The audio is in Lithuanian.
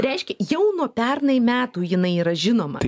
reiškia jau nuo pernai metų jinai yra žinoma